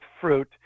fruit